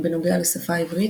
בנוגע לשפה העברית,